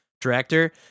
director